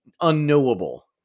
unknowable